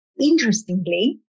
interestingly